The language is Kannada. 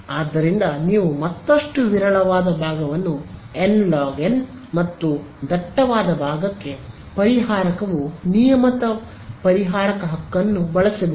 ಆದ್ದರಿಂದ ನೀವು ಮತ್ತಷ್ಟು ವಿರಳವಾದ ಭಾಗವನ್ನು nlog ಮತ್ತು ದಟ್ಟವಾದ ಭಾಗಕ್ಕೆ ಪರಿಹಾರಕವು ನಿಯಮಿತ ಪರಿಹಾರಕ ಹಕ್ಕನ್ನು ಬಳಸಬಹುದು